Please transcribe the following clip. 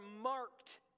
marked